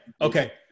Okay